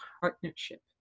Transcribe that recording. partnership